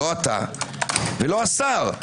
לא אתה ולא השר.